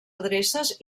adreces